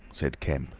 said kemp,